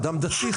אדם דתי,